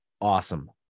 awesome